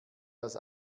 das